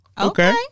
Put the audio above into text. Okay